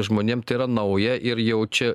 žmonėm tai yra nauja ir jau čia